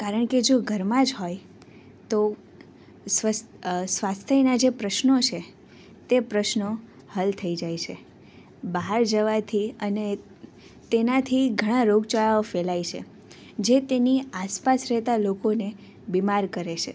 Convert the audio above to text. કારણ કે જો ઘરમાં જ હોય તો સ્વાસ્થ્યના જે પ્રશ્નો છે તે પ્રશ્નો હલ થઈ જાય છે બહાર જવાથી અને તેનાથી ઘણા રોગચાળો ફેલાય છે જે તેની આસપાસ રહેતાં લોકોને બીમાર કરે છે